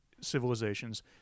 civilizations